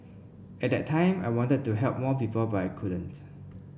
at that time I wanted to help more people but I couldn't